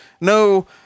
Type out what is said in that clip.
no